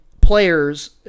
players